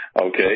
okay